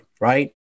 right